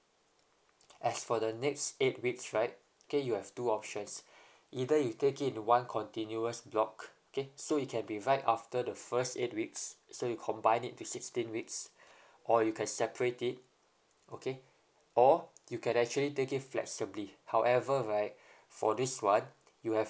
as for the next eight weeks right okay you have two options either you take it in one continuous block okay so it can be right after the first eight weeks so you combine it to sixteen weeks or you can separate it okay or you can actually take it flexibly however right for this one you have